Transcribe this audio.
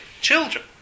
children